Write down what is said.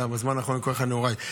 בזמן האחרון אני קורא לך נהוראי.